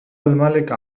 الملك